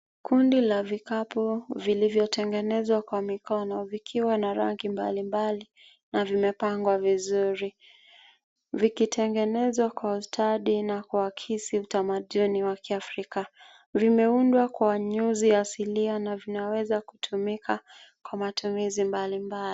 Kundi la vikapu vilivyotengenezwa kwa mikono vikiwa na rangi mbalimbali na vimepangwa vizuri vikitengenezwa kwa ustadi na kuakisi utamaduni wa kiafrika. Vimeundwa kwa nyuzi asilia na vinaweza kutumika kwa matumizi mbalimbali.